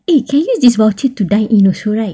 eh can use this voucher to dine in also right